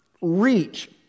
reach